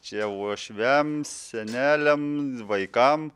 čia uošviam seneliam vaikam